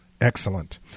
Excellent